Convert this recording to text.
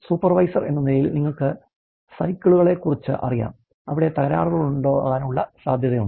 supervisor എന്ന നിലയിൽ നിങ്ങൾക്ക് സൈക്കിളുകളെക്കുറിച്ച് അറിയാം അവിടെ തകരാറുണ്ടാകാനുള്ള സാധ്യതയുണ്ട്